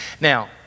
Now